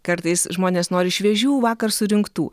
kartais žmonės nori šviežių vakar surinktų